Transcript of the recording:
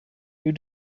you